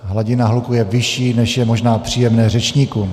Hladina hluku je vyšší, než je možná příjemné řečníkům.